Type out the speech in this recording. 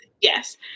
Yes